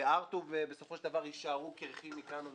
והר-טוב בסופו של דבר יישארו קרחים מכאן ומכאן,